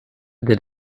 did